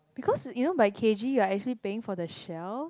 because you know by k_g right actually paying for the shell